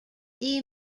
dee